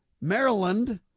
Maryland